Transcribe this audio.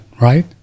right